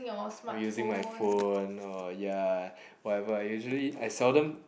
or using my phone or ya whatever I usually I seldom